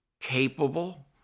capable